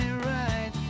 right